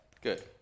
Good